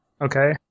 Okay